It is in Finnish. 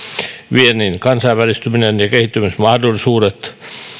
viennin kansainvälistyminen ja kehittymismahdollisuudet